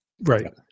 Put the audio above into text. Right